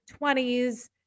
20s